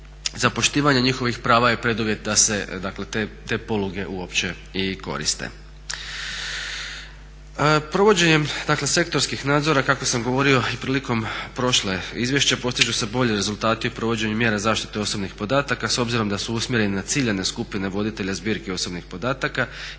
za poštivanje njihovih prava i preduvjet da se te poluge uopće i koriste.